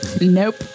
Nope